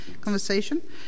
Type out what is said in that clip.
conversation